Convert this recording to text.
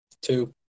Two